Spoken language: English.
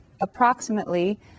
approximately